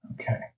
Okay